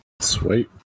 Sweet